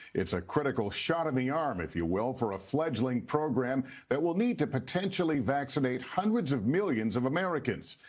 it's a critical shot in the arm, if you will, for a fledgling program that will need to potentially vaccinate hundreds of millions of americans.